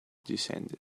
descended